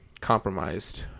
compromised